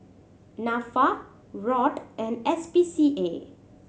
Nafa ROD and S P C A